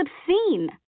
obscene